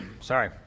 sorry